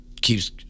keeps